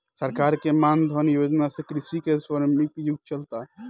सरकार के मान धन योजना से कृषि के स्वर्णिम युग चलता